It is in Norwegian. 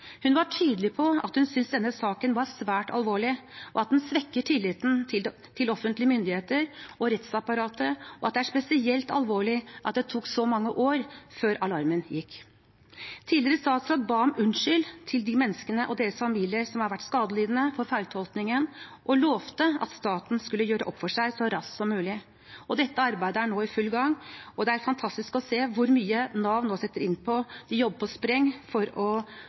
Hun var tydelig på at hun syntes denne saken var svært alvorlig, at den svekket tilliten til offentlige myndigheter og rettsapparatet, og at det var spesielt alvorlig at det tok så mange år før alarmen gikk. Tidligere statsråd ba om unnskyldning til de menneskene og deres familier som hadde vært skadelidende for feiltolkningen, og lovet at staten skulle gjøre opp for seg så raskt som mulig. Dette arbeidet er nå i full gang, og det er fantastisk å se hvor mye Nav nå setter inn på det. De jobber på spreng for